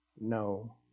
no